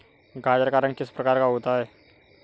गाजर का रंग किस प्रकार का होता है?